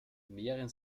mehren